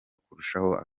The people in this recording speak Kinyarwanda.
kurushaho